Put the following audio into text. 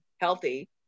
healthy